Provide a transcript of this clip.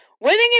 winning